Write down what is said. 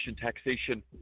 taxation